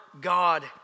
God